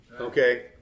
Okay